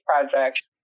Project